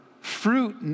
fruit